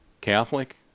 Catholic